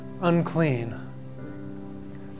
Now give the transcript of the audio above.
unclean